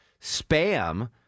Spam